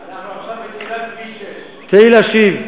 אנחנו עכשיו בפתיחת כביש 6. תן לי להשיב.